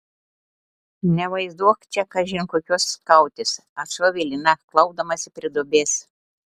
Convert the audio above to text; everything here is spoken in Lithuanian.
nevaizduok čia kažin kokios skautės atšovė lina klaupdamasi prie duobės